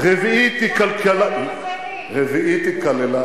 אבל אני לא ברחתי כמוך